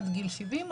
עד גיל 70,